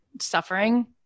suffering